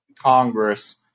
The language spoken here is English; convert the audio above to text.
Congress